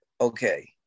Okay